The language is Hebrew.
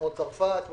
צרפת,